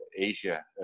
Asia